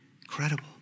Incredible